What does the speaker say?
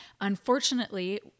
unfortunately